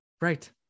Right